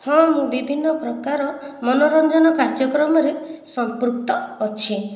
ହଁ ମୁଁ ବିଭିନ୍ନ ପ୍ରକାର ମନୋରଞ୍ଜନ କାର୍ଯ୍ୟକ୍ରମ ରେ ସମ୍ପୃକ୍ତ ଅଛି